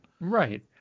Right